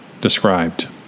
described